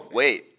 wait